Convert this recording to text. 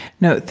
no,